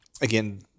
again